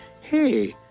hey